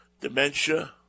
dementia